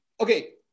Okay